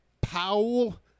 Powell